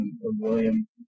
William